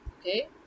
Okay